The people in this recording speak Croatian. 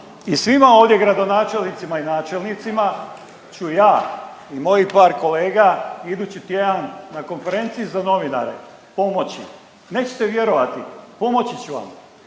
i svima ovdje gradonačelnicima i načelnicima ću ja i moji par kolega idući tjedan na Konferenciji za novinare pomoći, nećete vjerovati, pomoći ću vam,